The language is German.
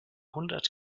hundert